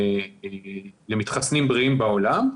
למתחסנים בריאים בעולם.